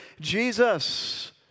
Jesus